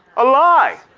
a lie.